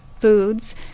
foods